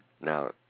Now